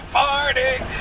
party